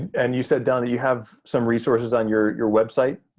and you said, don, that you have some resources on your your website?